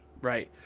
right